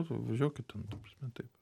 važiuokit ten ta prasme taip